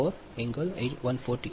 64 148